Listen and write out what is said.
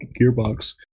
gearbox